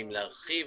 האם להרחיב,